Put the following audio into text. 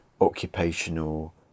occupational